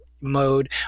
mode